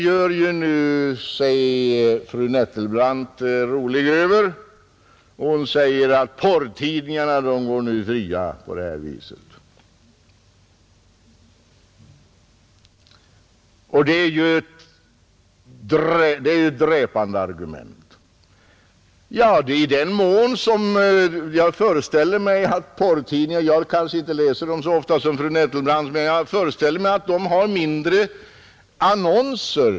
Fru Nettelbrandt gjorde sig rolig över detta och sade att på det här viset går porrtidningarna fria. Det är ju ett dräpande argument. Jag läser kanske inte porrtidningar så ofta som fru Nettelbrandt, men jag föreställer mig att de har ganska få annonser.